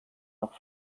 doch